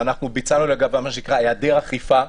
שאנחנו ביצענו לגביו מה שנקרא היעדר אכיפה,